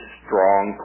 strong